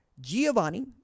Giovanni